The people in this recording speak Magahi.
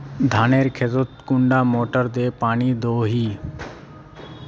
धानेर खेतोत कुंडा मोटर दे पानी दोही?